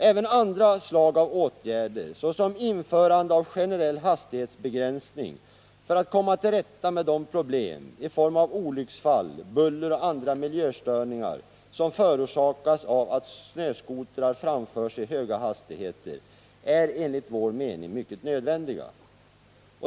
Även andra slag av åtgärder, såsom införande av generell hastighetsbegränsning, för att komma till rätta med de problem i form av olycksfall, buller och andra miljöstörningar som förorsakas av att snöskotrar framförs i höga hastigheter är enligt vår mening mycket nödvändiga.